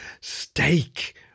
Steak